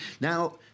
Now